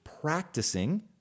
practicing